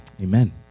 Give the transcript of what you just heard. Amen